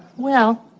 well,